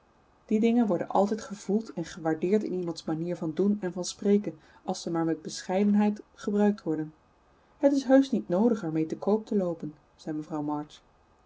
die dingen worden altijd gevoeld en gewaardeerd in iemands manier van doen en van spreken als ze maar met bescheidenheid gebruikt worden het is heusch niet noodig er mee te koop te loopen zei mevrouw march